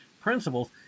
principles